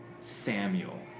Samuel